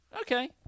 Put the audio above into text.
okay